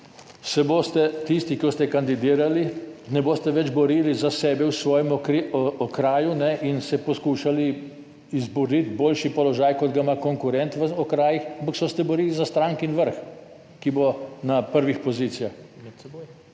se boste tisti, ki boste kandidirali, ne boste več borili za sebe v svojem okraju in se poskušali izboriti boljši položaj, kot ga ima konkurent v okrajih, ampak se boste borili za strankin vrh, ki bo na prvih pozicijah.